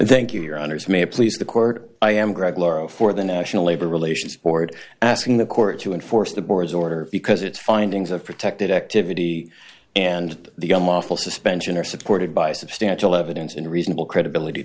thank you your honor is may please the court i am greg lauro for the national labor relations board asking the court to enforce the board's order because it's findings of protected activity and the unlawful suspension are supported by substantial evidence and reasonable credibility